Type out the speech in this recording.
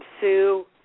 sue